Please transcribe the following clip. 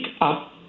up